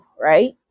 right